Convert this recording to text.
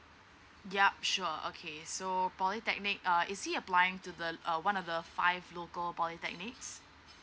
yup sure okay so polytechnic uh is he applying to the uh one of the five local polytechnics